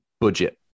budget